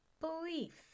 belief